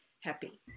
happy